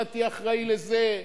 אתה תהיה אחראי לזה.